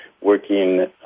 working